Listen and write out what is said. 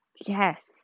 Yes